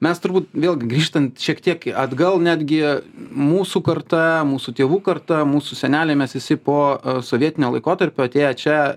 mes turbūt vėlgi grįžtant šiek tiek atgal netgi mūsų karta mūsų tėvų karta mūsų seneliai mes visi po sovietinio laikotarpio atėję čia